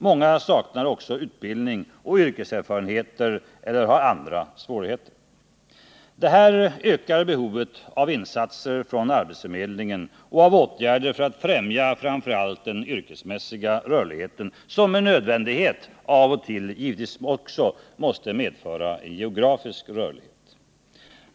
Många saknar också utbildning och yrkeserfarenhet eller har andra svårig Det här ökar behovet av insatser från arbetsförmedlingen och av åtgärder för att främja framför allt den yrkesmässiga rörligheten, som med nödvändighet av och till givetvis också måste medföra geografisk rörlighet.